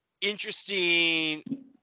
interesting